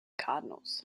cardinals